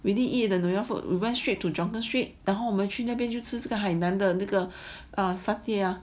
we didn't eat the nyonya food we went straight to jonker street 然后我们去那边就吃这个海南的那个 satay ya